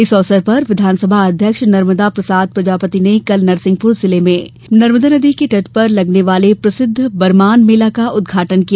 इस अवसर पर विधानसभा अध्यक्ष नर्मदा प्रसाद प्रजापति ने कल नरसिंहपुर जिले में नर्मदा नदी के तट पर लगने वाले प्रसिद्ध बरमान मेला का उद्घाटन किया